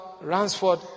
Ransford